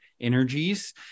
energies